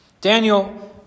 Daniel